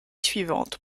suivante